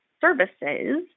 services